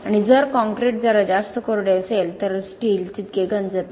आणि जर काँक्रीट जरा जास्त कोरडे असेल तर स्टील तितके गंजत नाही